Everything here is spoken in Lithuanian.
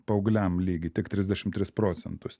paaugliam lygį tik trisdešim tris procentus